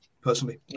personally